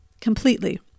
completely